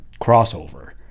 crossover